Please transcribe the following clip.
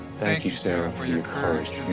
thank you, sarah, for your courage